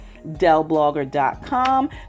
dellblogger.com